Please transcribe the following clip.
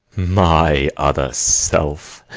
my other self,